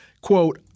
Quote